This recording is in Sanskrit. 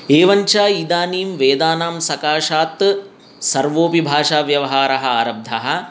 एवञ्च इदानीं वेदानां सकाशात् सर्वोऽपि भाषाव्यवहारः आरब्धः